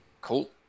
Cool